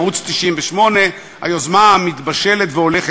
ערוץ 98. היוזמה הולכת ומתבשלת,